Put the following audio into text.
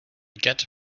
get